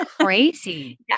crazy